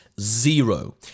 zero